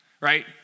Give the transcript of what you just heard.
right